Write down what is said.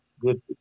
good